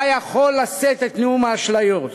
אתה יכול לשאת את נאום האשליות.